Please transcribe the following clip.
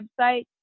website